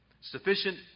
Sufficient